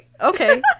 Okay